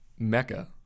Mecca